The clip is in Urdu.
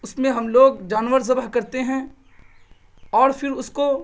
اس میں ہم لوگ جانور ذبح کرتے ہیں اور فر اس کو